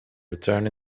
return